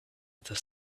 other